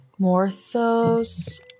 Morthos